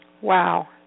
Wow